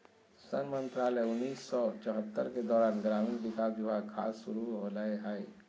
सन मंत्रालय उन्नीस सौ चैह्त्तर के दौरान ग्रामीण विकास विभाग खाद्य शुरू होलैय हइ